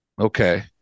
Okay